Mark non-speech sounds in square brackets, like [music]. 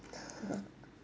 [laughs]